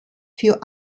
für